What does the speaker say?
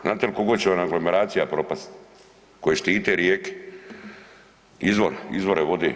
Znate li koliko će nam aglomeracija propasti koje štite rijeke, izvore vode?